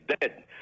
dead